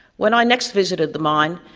when i next visited the mine,